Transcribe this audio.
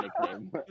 nickname